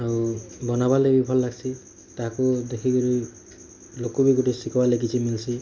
ଆଉ ବନାବା ଲାଗି ଭଲ୍ ଲାଗସି ତାକୁ ଦେଖି କିରି ଲୋକ ବି ଗୋଟିଏ ଶିଖିବାର୍ ଲାଗି କିଛି ମିଲ୍ଛି